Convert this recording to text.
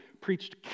preached